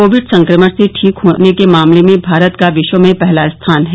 Covid संक्रमण से ठीक होने के मामले में भारत का विश्व में पहला स्थान है